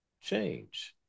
change